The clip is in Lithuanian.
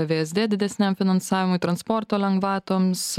vsd didesniam finansavimui transporto lengvatoms